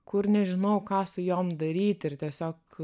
kur nežinau ką su jom daryt ir tiesiog